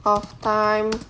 of time